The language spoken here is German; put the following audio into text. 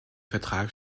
vertrag